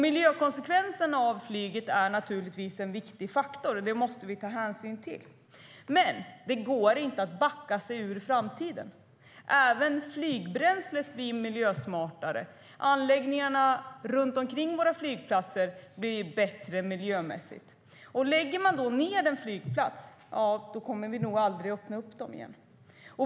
Miljökonsekvenserna av flyget är naturligtvis en viktig faktor. Det måste vi ta hänsyn till. Men det går inte att backa sig ur framtiden. Även flygbränslet blir miljösmartare. Anläggningarna runt omkring våra flygplatser blir bättre miljömässigt. Lägger vi då ned en flygplats kommer vi nog aldrig att öppna den igen.